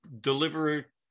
deliver